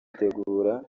bitegura